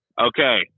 Okay